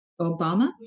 Obama